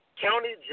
county